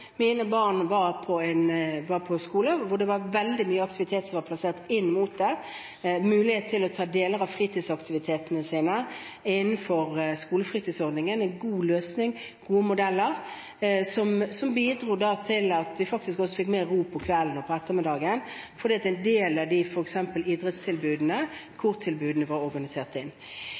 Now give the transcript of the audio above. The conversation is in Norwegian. mine barn var på skoler der veldig mye aktivitet var plassert inn, med mulighet til å ha deler av fritidsaktivitetene sine innenfor skolefritidsordningen – en god løsning, gode modeller – som bidro til at vi faktisk også fikk mer ro på kvelden og på ettermiddagen, fordi en del av f.eks. idrettstilbudene og kortilbudene var organisert inn.